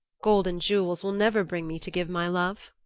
gold and jewels will never bring me to give my love.